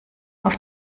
auf